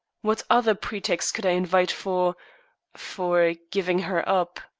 what other pretext could i invite for for giving her up?